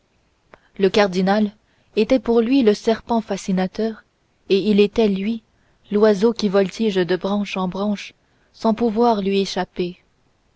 le cardinal était pour lui le serpent fascinateur et il était lui l'oiseau qui voltige de branche en branche sans pouvoir lui échapper